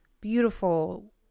beautiful